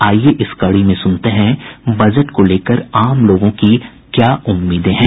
आईये इस कड़ी में सुनते हैं बजट को लेकर आम लोगों की क्या उम्मीदें हैं